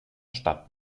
stadt